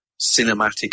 cinematic